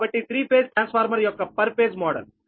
కాబట్టి 3 phase transformer యొక్క per phase model